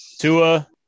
Tua